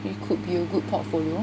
it could be a good portfolio